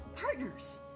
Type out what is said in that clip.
partner's